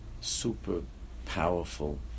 super-powerful